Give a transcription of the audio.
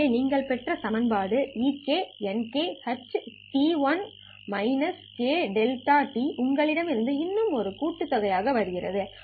இங்கே நீங்கள் பெற்ற சமன்பாடு Ek Nk ht1 k δt உங்களிடமிருந்து இன்னும் ஒரு கூட்டுத்தொகை ஆக வருகிறது